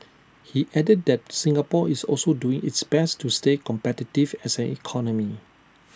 he added that Singapore is also doing its best to stay competitive as an economy